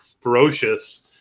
ferocious